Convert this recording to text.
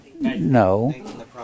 No